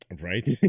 right